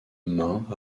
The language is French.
main